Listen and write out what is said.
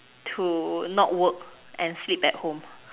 to not work and sleep at home